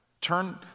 Turn